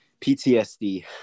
PTSD